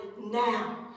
now